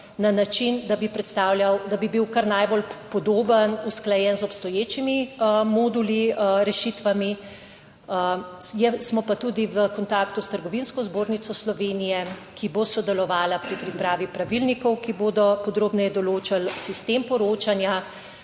da bi bil kar najbolj podoben, usklajen z obstoječimi moduli, rešitvami, smo pa tudi v kontaktu s Trgovinsko zbornico Slovenije, ki bo sodelovala pri pripravi pravilnikov, ki bodo podrobneje določili sistem poročanja